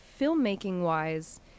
filmmaking-wise